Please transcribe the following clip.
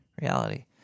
reality